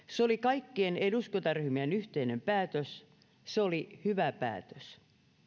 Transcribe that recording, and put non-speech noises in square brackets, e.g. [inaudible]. [unintelligible] se oli kaikkien eduskuntaryhmien yhteinen päätös se oli hyvä päätös